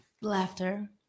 Laughter